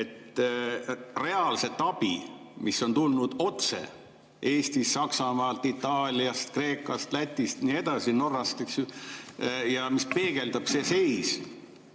reaalse abiga, mis on tulnud otse Eestist, Saksamaalt, Itaaliast, Kreekast, Lätist ja nii edasi, Norrast, eks ju? Seda peegeldab see seis,